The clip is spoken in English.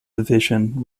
division